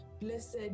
Blessed